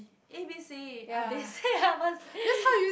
A B C